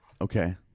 okay